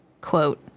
Quote